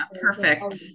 Perfect